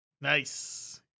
Nice